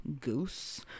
Goose